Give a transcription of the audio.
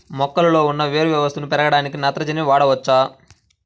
మొక్కలో ఉన్న వేరు వ్యవస్థ పెరగడానికి నత్రజని వాడవచ్చా?